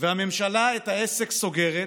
והממשלה את העסק סוגרת,